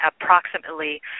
approximately